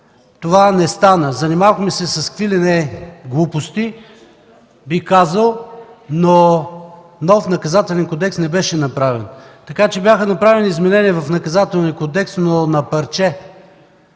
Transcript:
Това не стана. Занимавахме се с какви ли не глупости, бих казал, но нов Наказателен кодекс не беше направен. Бяха направени изменения в Наказателния кодекс, но на парче.